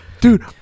Dude